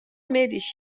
middeis